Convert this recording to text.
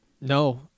No